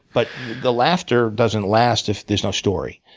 but the laughter doesn't last if there's no story.